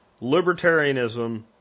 libertarianism